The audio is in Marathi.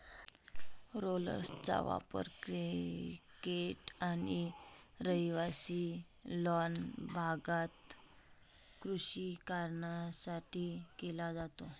रोलर्सचा वापर क्रिकेट आणि रहिवासी लॉन भागात कृषी कारणांसाठी केला जातो